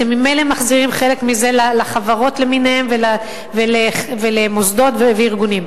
אתם ממילא מחזירים חלק מזה לחברות למיניהן ולמוסדות ולארגונים.